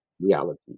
reality